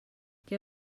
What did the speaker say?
què